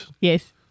Yes